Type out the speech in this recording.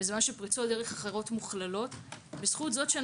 בזמן שפריצות דרך אחרות מוכללות בזכות זה שהן